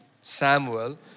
Samuel